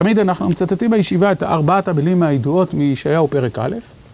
תמיד אנחנו מצטטים בישיבה את ארבעת המילים מהידועות מישעיהו פרק א',